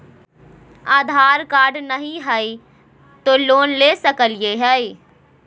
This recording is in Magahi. आधार कार्ड नही हय, तो लोन ले सकलिये है?